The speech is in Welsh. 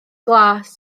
glas